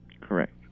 Correct